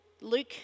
Luke